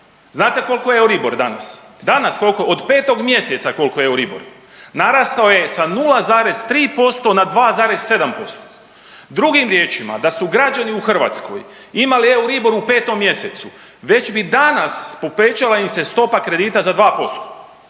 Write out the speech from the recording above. Znate koliko je Euribor danas, danas kolko, od 5. mjeseca kolko je Euribor, narastao je sa 0,03% na 2,7%. Drugim riječima, da su građani u Hrvatskoj imali Euribor u 5. mjesecu već bi danas povećala im se stopa kredita za 2%,